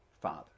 Father